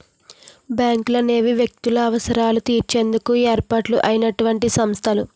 బ్యాంకులనేవి వ్యక్తుల అవసరాలు తీర్చేందుకు ఏర్పాటు అయినటువంటి సంస్థలు